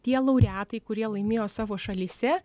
tie laureatai kurie laimėjo savo šalyse